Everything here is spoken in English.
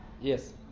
yes